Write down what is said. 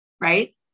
right